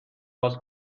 باز